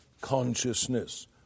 Consciousness